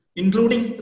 including